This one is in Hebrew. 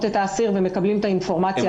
את האסיר ומקבלים את האינפורמציה הרלוונטית.